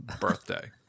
birthday